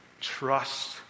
Trust